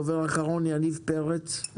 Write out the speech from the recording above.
יניב פרץ,